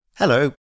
Hello